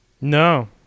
No